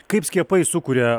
kaip skiepai sukuria